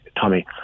Tommy